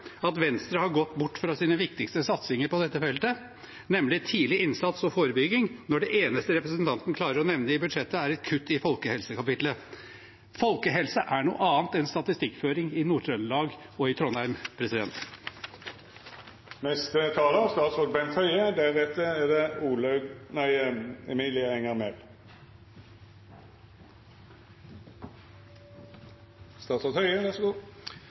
at Venstre har gått bort fra sine viktigste satsinger på dette feltet – nemlig tidlig innsats og forebygging – og når det eneste representanten Bjørnebekk-Waagen klarer å nevne i budsjettet, er et kutt i folkehelsekapitlet. Folkehelse er noe annet enn statistikkføring i Nord-Trøndelag og i Trondheim. Representanten Hagebakken lurte på om vi kunne ønske fastlegene et godt nytt år. Det